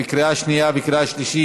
בקריאה שנייה וקריאה שלישית.